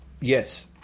Yes